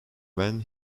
when